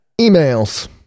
Emails